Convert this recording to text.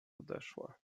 odeszła